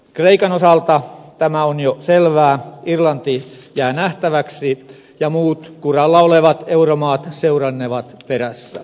kreikan osalta tämä on jo selvää irlanti jää nähtäväksi ja muut kuralla olevat euromaat seurannevat perässä